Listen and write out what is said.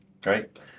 Great